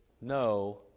no